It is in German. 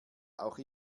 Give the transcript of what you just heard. auch